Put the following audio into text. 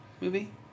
movie